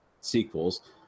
sequels